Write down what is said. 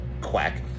quack